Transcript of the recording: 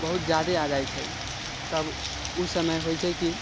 बहुत जादे आबि जाइ छै तब उस समय होइ छै कि